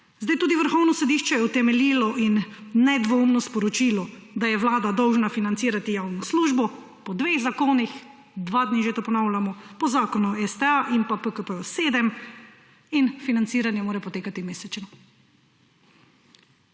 Zdaj tudi Vrhovno sodišče je utemeljilo in nedvoumno sporočilo, da je Vlada dolžna financirati javno službo po dveh zakonih, dva dni že to ponavljam, po Zakonu o STA in PKZ 7, in financiranje mora potekati mesečno.